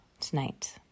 tonight